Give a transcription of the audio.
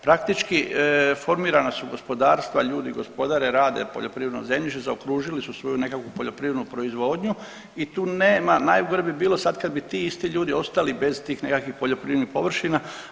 Praktički formirana su gospodarstva, ljudi gospodare, rade poljoprivredno zemljište, zaokružili su svoju nekakvu poljoprivrednu proizvodnju i tu nema, najgore bi bilo sada kad bi ti isti ljudi ostali bez tih nekakvih poljoprivrednih površina.